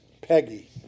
Peggy